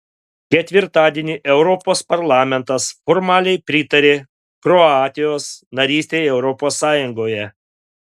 ketvirtadienį europos parlamentas formaliai pritarė kroatijos narystei europos sąjungoje